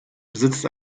besitzt